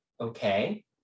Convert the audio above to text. Okay